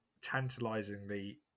tantalizingly